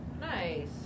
Nice